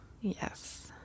yes